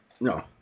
No